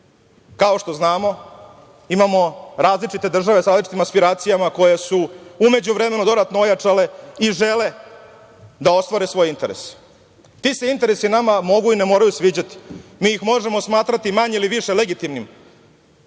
Kao što znamo, imamo različite države, sa različitim aspiracijama, koje su u međuvremenu dodatno ojačale i žele da ostvare svoj interes. Ti se interesi nama mogu i ne moraju sviđati. Mi ih možemo smatrati manje ili više legitimnim.